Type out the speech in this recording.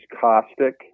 caustic